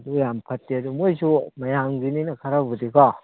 ꯑꯗꯨ ꯌꯥꯝ ꯐꯠꯇꯦ ꯃꯣꯏꯁꯨ ꯃꯌꯥꯝꯒꯤꯅꯤꯅ ꯈꯔꯕꯨꯗꯤꯀꯣ